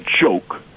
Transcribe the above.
joke